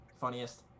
Funniest